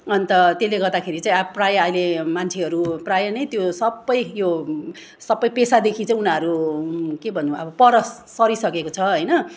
अन्त त्यसले गर्दाखेरि चाहिँ अब प्रायः अहिले मान्छेहरू प्रायः नै त्यो सबै यो सबै पेसादेखि चाहिँ उनीहरू के भन्नु अब पर सरिसकेको छ होइन